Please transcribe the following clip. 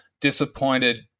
disappointed